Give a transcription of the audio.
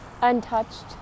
Untouched